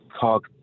talk